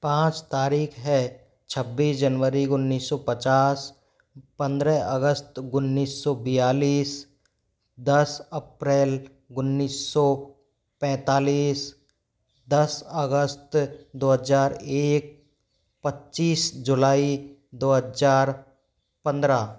पाँच तारिख़ है छब्बीस जनवरी उन्नीस सौ पचास पंद्रह अगस्त उन्नीस सौ बेयालीस दस अप्रैल उन्नीस सौ पैंतालीस दस अगस्त दो हज़ार एक पच्चीस जुलाई दो हजार पंद्रह